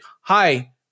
Hi